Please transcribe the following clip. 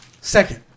Second